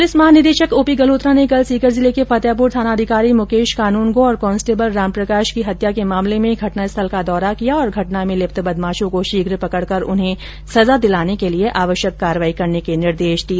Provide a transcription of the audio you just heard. police महानिदेशक O P Galhotra ने कल सीकर जिले के फतेहपुर थानाधिकारी मुकेश कानूनगो और कॉन्स्टेबल रामप्रकाश की हत्या के मामले में घटनास्थल का दौरा किया और घटना में लिप्त बदमाशों को शीघ पकड़कर उन्हें सजा दिलाने के लिए आवश्यक कार्यवाही करने के निर्देश दिए